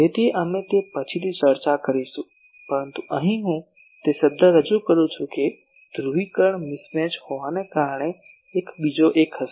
તેથી અમે તે પછીથી ચર્ચા કરીશું પરંતુ અહીં હું તે શબ્દ રજૂ કરું છું કે ધ્રુવીકરણ મિસ મેચ હોવાને કારણે બીજો એક હશે